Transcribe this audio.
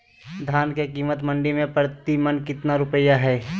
धान के कीमत मंडी में प्रति मन कितना रुपया हाय?